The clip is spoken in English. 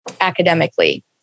academically